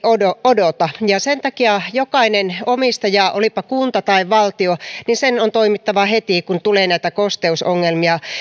odota ja sen takia jokaisen omistajan olipa kunta tai valtio on toimittava heti kun tulee kosteusongelmia